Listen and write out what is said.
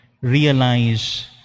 realize